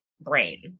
brain